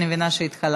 אני מבינה שהתחלקתם.